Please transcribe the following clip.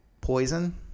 Poison